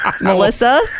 Melissa